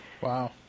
Wow